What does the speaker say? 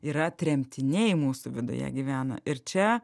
yra tremtiniai mūsų viduje gyvena ir čia